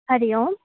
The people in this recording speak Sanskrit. हरिः ओम्